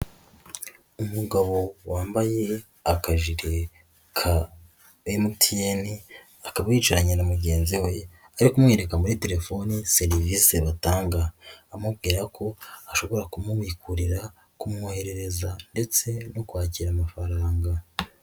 Umugabo wambaye akajirire ka MTN akaba yicaranye na mugenzi we ari kumwereka muri telefoni serivie batanga, amubwira ko bashobora kumubikurira, kumwoherereza ndetse no kwakira amafaranga.